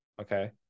Okay